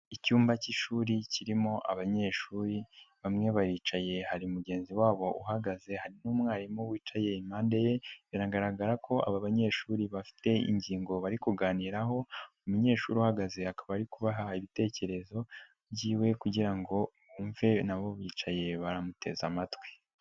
Icyumba cy'ishuri kirimo abanyeshuri bamwe baricaye hari mugenzi wabo uhagaze n'umwarimu wicaye impande ye biragaragara ko aba banyeshuri bafite ingingo bari kuganiraho umunyeshuri uhagaze akaba ari kubaha ibitekerezo byiwe kugirango ngo yumve nabo bicaye baramuteze amatwi.